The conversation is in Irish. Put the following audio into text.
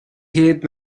hiad